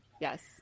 Yes